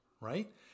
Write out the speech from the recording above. right